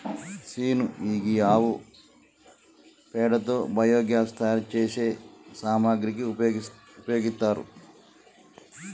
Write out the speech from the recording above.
scene గీ ఆవు పేడతో బయోగ్యాస్ తయారు సేసే సామాగ్రికి ఉపయోగిత్తారు